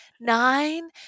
Nine